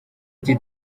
ati